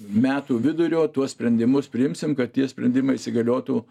metų vidurio tuos sprendimus priimsim kad tie sprendimai įsigaliotų